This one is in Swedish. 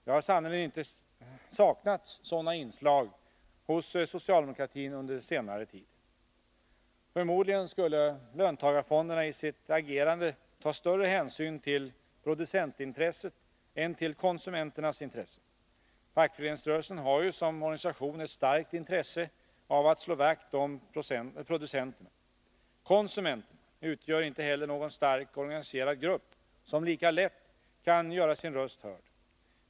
Det har sannerligen inte saknats sådana inslag hos socialdemokratin under senare tid. Förmodligen skulle man inom löntagarfonderna i sitt agerande ta större hänsyn till producentintresset än till konsumenternas intressen. Fackföreningsrörelsen har ju som organisation ett starkt intresse av att slå vakt om producenterna. Konsumenterna utgör inte heller någon stark, organiserad grupp som lika lätt kan göra sin röst hörd.